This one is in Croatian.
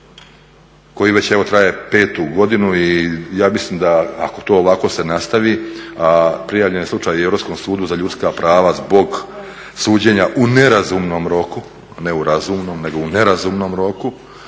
koji već evo traje 5. godinu i ja mislim ako to ovako se nastavi, a prijavljen je slučaj i Europskom sudu za ljudska prava zbog suđenja u nerazumnom roku, a ne u razumnom, nego u nerazumnom roku